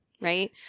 right